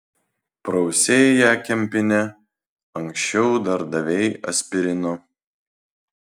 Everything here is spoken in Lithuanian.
prausei ją kempine anksčiau dar davei aspirino